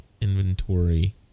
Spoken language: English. inventory